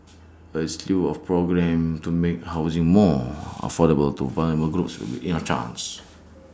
A slew of programmes to make housing more affordable to vulnerable groups will be A chance